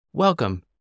Welcome